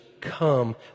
come